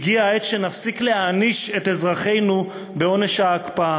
הגיעה העת שנפסיק להעניש את אזרחינו בעונש ההקפאה.